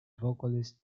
vocalist